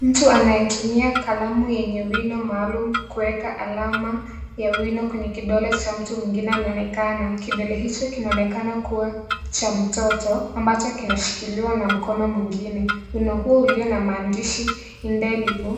Mtu anayetumia kalamu yenye wino maalumu kuweka alama ya wino kwenye kidole cha mtu mwingine anaonekana. Kidole hicho kinaonekana kuwa cha mtoto. Ambacho kinashikiliwa na mkono mwingine. Wino huu ulio na maandishi indelible .